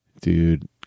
Dude